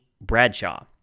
Bradshaw